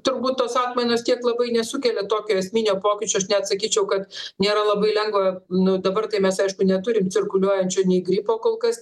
turbūt tos atmainos tiek labai nesukelia tokio esminio pokyčio aš net sakyčiau kad nėra labai lengva nu dabar kai mes neturim cirkuliuojančio gripo kol kas